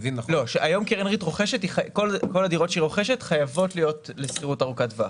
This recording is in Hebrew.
כל הדירות שקרן ריט רוכשת היום חייבות להיות לשכירות ארוכת טווח.